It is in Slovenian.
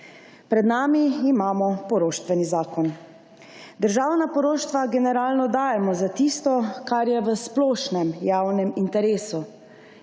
Pred sabo imamo poroštveni zakon. Državna poroštva generalno dajemo za tisto, kar je v splošnem javnem interesu.